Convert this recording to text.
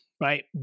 right